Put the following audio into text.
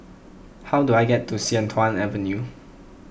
how do I get to Sian Tuan Avenue